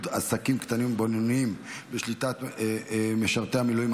עסקים קטנים ובינוניים בשליטת משרתי המילואים),